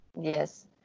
Yes